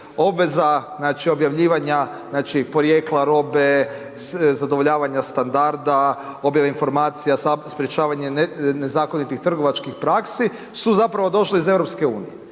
obveza znači objavljivanja znači porijekla robe, zadovoljavanja standarda, objave informacija, sprječavanje nezakonitih trgovačkih praksi su zapravo došle iz EU